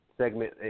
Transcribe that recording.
segment